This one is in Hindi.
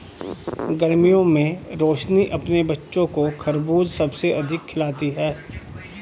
गर्मियों में रोशनी अपने बच्चों को खरबूज सबसे अधिक खिलाती हैं